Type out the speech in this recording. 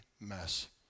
mess